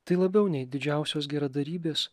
tai labiau nei didžiausios geradarybės